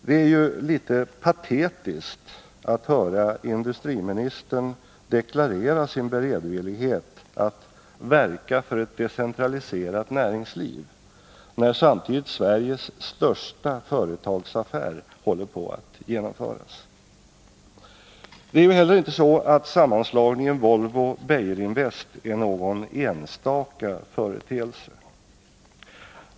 Det är litet patetiskt att höra industriministern deklarera sin beredvillighet att ”verka för ett decentraliserat näringsliv”, när samtidigt Sveriges största företagsaffär håller på att genomföras. Det är ju heller inte så, att sammanslagningen Volvo-Beijerinvest är någon enstaka företeelse.